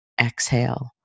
exhale